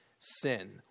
Sin